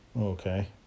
okay